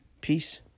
Peace